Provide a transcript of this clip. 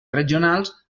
regionals